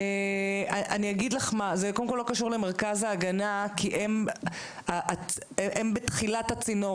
זה לא קשור למרכז ההגנה כי הם בתחילת הצינור